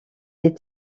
les